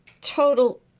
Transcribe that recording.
total